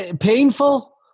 painful